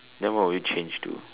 then what will you change to